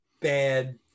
bad